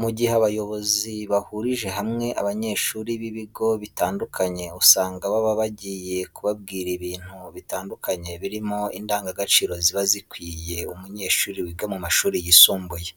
Mu gihe abayobozi bahurije hamwe abanyeshuri b'ibigo bitandukanye usanga baba bagiye kubabwira ibintu bitandukanye birimo indangagaciro ziba zikwiriye umunyeshuri wiga mu mashuri yisumbuye.